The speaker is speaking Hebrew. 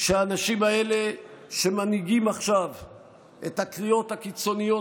שהאנשים האלה שמנהיגים עכשיו את הקריאות הקיצוניות